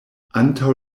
antaŭ